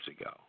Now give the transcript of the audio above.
ago